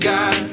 God